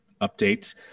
update